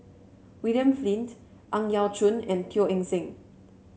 William Flint Ang Yau Choon and Teo Eng Seng